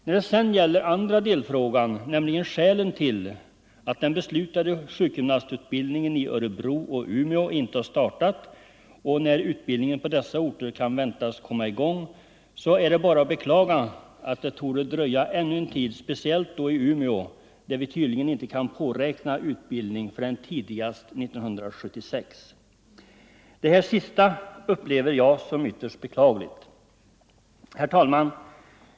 När det sedan gäller den andra delfrågan, alltså skälen till att den beslutade sjukgymnastutbildningen i Örebro och Umeå inte har startat och när utbildningen på dessa orter kan väntas komma i gång, är det bara att beklaga att igångsättningen av den utbildningen torde dröja ännu en tid, speciellt i Umeå där vi tydligen inte kan påräkna någon utbildning förrän tidigast 1976. Det sista upplever jag som ytterst beklagligt.